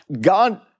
God